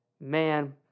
Man